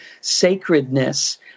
sacredness